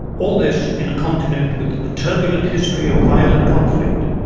all this in a continent with a turbulent history of violent conflict,